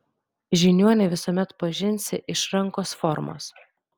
žiniuonį visuomet pažinsi iš rankos formos